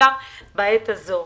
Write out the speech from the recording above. בעיקר בעת הזו.